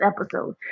episode